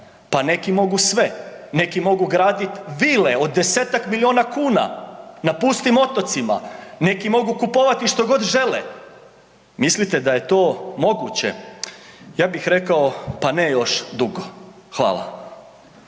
pa neki mogu sve, neki mogu gradit vile od 10-tak miliona kuna na pustim otocima, neki mogu kupovati što god žele. Mislite da je to moguće? Ja bih rekao pa ne još dugo. Hvala.